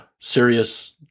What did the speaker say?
serious